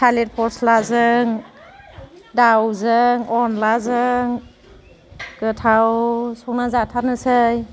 थालिर फस्लाजों दाउजों अनलाजों गोथाव संनानै जाथारनोसै